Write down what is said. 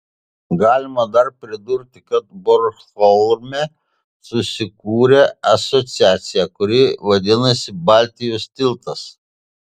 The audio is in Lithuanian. galima dar pridurti kad bornholme susikūrė asociacija kuri vadinasi baltijos tiltas